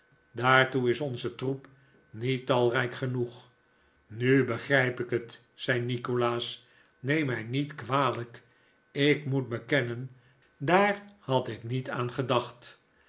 daartoe is onze troep niet talrijk genoeg nu begrijp ik het zei nikolaas neem mij niet kwalijk ik moet bekennen daar had ik niet aan gedacht